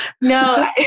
No